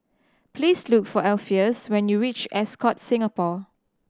please look for Alpheus when you reach Ascott Singapore